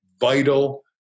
vital